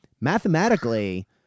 mathematically